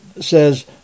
says